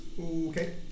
okay